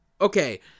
okay